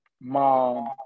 mom